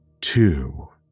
two